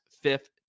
fifth